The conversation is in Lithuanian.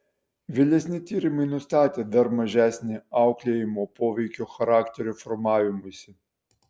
vėlesni tyrimai nustatė dar mažesnį auklėjimo poveikį charakterio formavimuisi